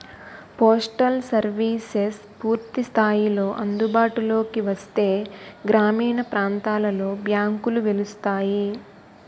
postal services పూర్తి స్థాయిలో అందుబాటులోకి వస్తే గ్రామీణ ప్రాంతాలలో బ్యాంకులు వెలుస్తాయి